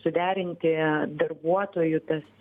suderinti darbuotojų tas